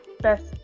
best